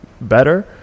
better